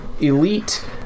Elite